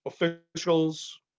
officials